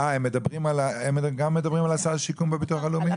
הם גם מדברים על סל השיקום בביטוח הלאומי?